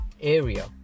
area